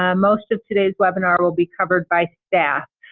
ah most of today's webinar will be covered by staff.